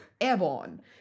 airborne